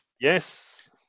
Yes